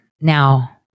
Now